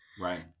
Right